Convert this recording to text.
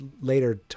later